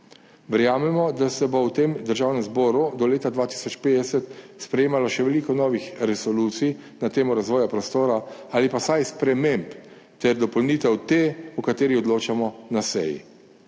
Verjamemo, da se bo v tem državnem zboru do leta 2050 sprejemalo še veliko novih resolucij na temo razvoja prostora ali pa vsaj sprememb ter dopolnitev te, o kateri odločamo na seji.